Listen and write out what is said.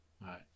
right